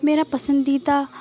میرا پسندیدہ